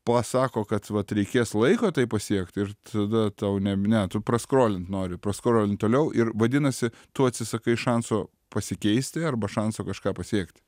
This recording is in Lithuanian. pasako kad vat reikės laiko tai pasiekt ir tada tau nem ne tu praskrolin nori praskrolini toliau ir vadinasi tu atsisakai šanso pasikeisti arba šansą kažką pasiekti